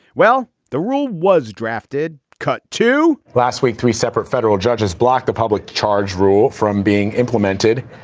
well, the rule was drafted, cut to last week three separate federal judges blocked the public charge rule from being implemented.